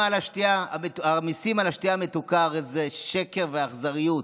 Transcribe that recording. המיסים על השתייה המתוקה, הרי זה שקר ואכזריות.